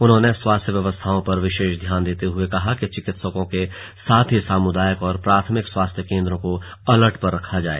उन्होंने स्वास्थ्य व्यवस्थाओं पर विशेष ध्यान देते हुए कहा कि चिकित्सकों के साथ ही सामुदायिक और प्राथमिक स्वास्थ्य केंद्रों को अलर्ट पर रखा जाए